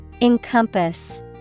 Encompass